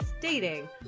dating